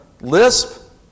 lisp